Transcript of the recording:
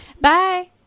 Bye